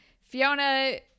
Fiona